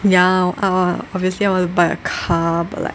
要 err obviously I want to buy a car but like